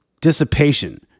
dissipation